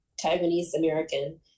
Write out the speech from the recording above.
Taiwanese-American